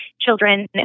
children